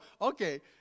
okay